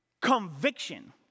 conviction